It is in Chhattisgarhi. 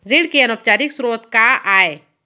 ऋण के अनौपचारिक स्रोत का आय?